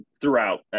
Throughout